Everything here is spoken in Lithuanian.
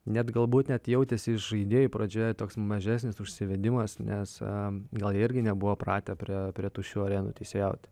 net galbūt net jautėsi iš žaidėjų pradžioje toks mažesnis užsivedimas nes gal jie irgi nebuvo pratę prie prie tuščių arenų teisėjauti